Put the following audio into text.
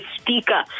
speaker